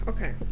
Okay